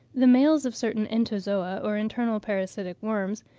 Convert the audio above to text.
the males of certain entozoa, or internal parasitic worms,